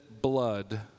blood